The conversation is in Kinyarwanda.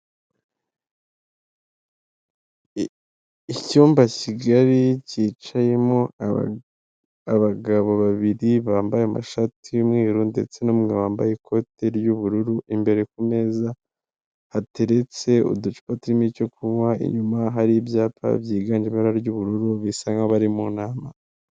Icyumba kigari cyicayemo abagabo babiri bambaye amashati y'umweru ndetse n'umwe wambaye ikote ry'ubururu imbere ku meza hateretse uducupa turimo cyo kunywa, inyuma hari ibyapa byiganjemmo ibara ry'ubururu bisa nkaho bari mu nama.